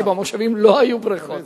כי במושבים לא היו בריכות.